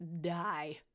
die